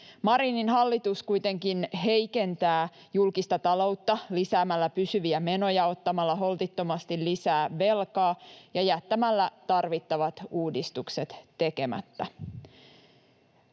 Marinin hallitus kuitenkin heikentää julkista taloutta lisäämällä pysyviä menoja, ottamalla holtittomasti lisää velkaa ja jättämällä tarvittavat uudistukset tekemättä.